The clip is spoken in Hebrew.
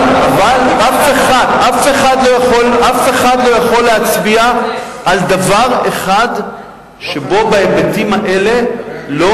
אבל אף אחד לא יכול להצביע על דבר אחד שבו בהיבטים האלה לא